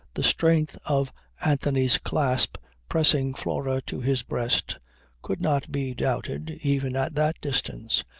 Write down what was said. the strength of anthony's clasp pressing flora to his breast could not be doubted even at that distance,